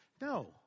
No